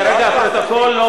כרגע הפרוטוקול לא מולי,